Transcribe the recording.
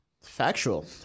factual